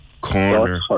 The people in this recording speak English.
corner